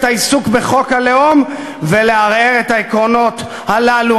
העיסוק בחוק הלאום ולערער את העקרונות הללו,